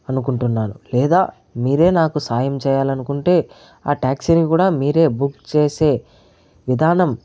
అనుకుంటున్నాను లేదా మీరే నాకు సహాయం చేయాలనుకుంటే ఆ టాక్సీ ని కూడా మీరే బుక్ చేసే విధానం